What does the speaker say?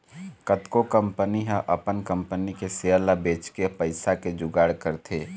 कतको कंपनी ह अपन कंपनी के सेयर ल बेचके पइसा के जुगाड़ करथे